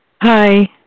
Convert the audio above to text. Hi